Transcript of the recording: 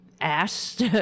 asked